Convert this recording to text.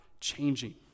changing